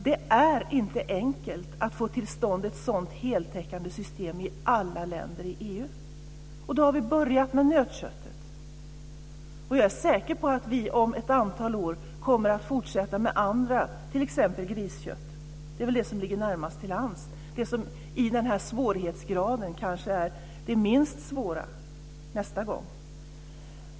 Det är inte enkelt att få till stånd ett sådant heltäckande system i alla länder i EU. Nu har vi börjat med nötköttet. Jag är säker på att vi om ett antal år kommer att fortsätta med t.ex. griskött. Det är väl det som ligger närmast till hands - det som kanske är det minst svåra nästa gång.